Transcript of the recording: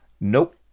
Nope